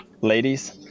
ladies